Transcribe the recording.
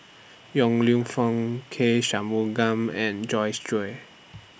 Yong Lew Foong K Shanmugam and Joyce Jue